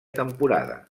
temporada